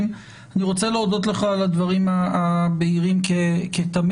רוצה להודות לך על הדברים הבהירים כתמיד.